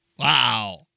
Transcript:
Wow